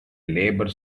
labour